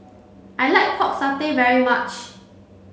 I like pork satay very much